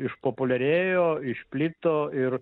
išpopuliarėjo išplito ir